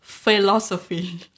philosophy